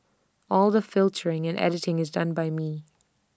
all the filtering and editing is done by me